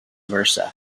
versa